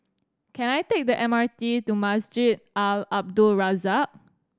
can I take the M R T to Masjid Al Abdul Razak